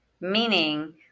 meaning